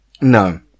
No